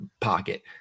pocket